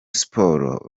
sports